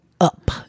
up